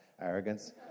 arrogance